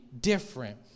different